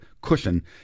cushion